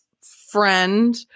friend